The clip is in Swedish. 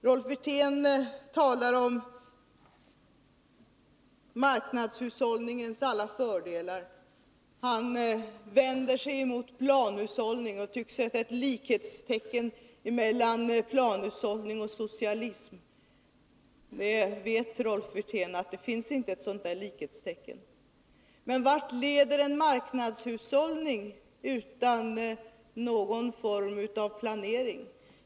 Rolf Wirtén talar om marknadshushållningens alla fördelar. Han vänder sig mot planhushållningen och tycks sätta likhetstecken mellan den och socialismen. Rolf Wirtén vet att detta likhetstecken inte existerar. Vart leder en marknadshushållning utan någon form av planering?